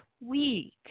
week